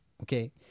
okay